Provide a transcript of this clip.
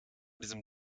diesem